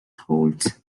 holds